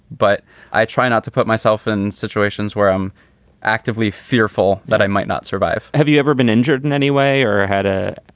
but i try not to put myself in situations where i'm actively fearful that i might not survive have you ever been injured in any way or had a,